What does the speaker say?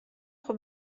خوب